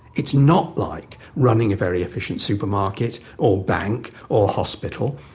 it's not like running a very efficient supermarket, or bank, or hospital.